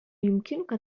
يمكنك